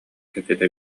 кэпсэтэ